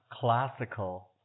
classical